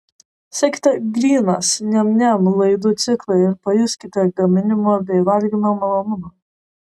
sekite grynas niam niam laidų ciklą ir pajuskite gaminimo bei valgymo malonumą